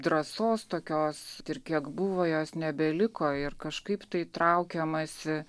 drąsos tokios ir kiek buvo jos nebeliko ir kažkaip tai traukiamasi